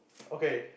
okay